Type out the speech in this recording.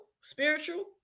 spiritual